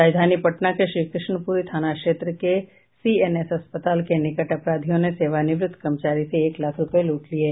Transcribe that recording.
राजधानी पटना के श्रीकृष्णापुरी थाना क्षेत्र में सीएनएस अस्पताल के निकट अपराधियों ने सेवानिवृत कर्मचारी से एक लाख रूपये लूट लिये